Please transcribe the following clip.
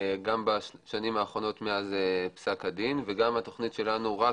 גם בשנים האחרונות מאז פסק הדין וגם התוכנית שלנו רק